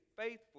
faithful